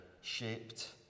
shaped